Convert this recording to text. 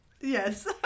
yes